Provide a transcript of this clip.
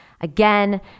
Again